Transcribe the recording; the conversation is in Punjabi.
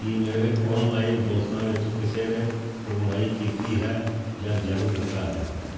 ਕੀ ਮੇਰੇ ਔਨਲਾਈਨ ਦੋਸਤਾਂ ਵਿੱਚ ਕਿਸੇ ਨੇ ਕੁੜਮਾਈ ਕੀਤੀ ਹੈ ਜਾਂ ਜਨਮ ਦਿੱਤਾ ਹੈ